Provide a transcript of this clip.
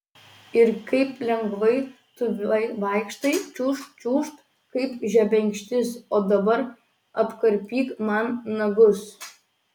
ir kaip lengvai tu vaikštai čiūžt čiūžt kaip žebenkštis o dabar apkarpyk man nagus